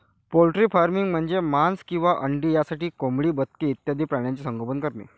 poultry farming म्हणजे मांस किंवा अंडी यासाठी कोंबडी, बदके इत्यादी प्राण्यांचे संगोपन करणे